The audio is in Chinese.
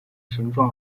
形状